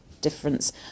difference